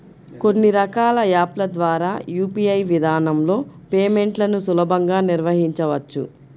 కొన్ని రకాల యాప్ ల ద్వారా యూ.పీ.ఐ విధానంలో పేమెంట్లను సులభంగా నిర్వహించవచ్చు